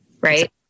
right